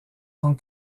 tant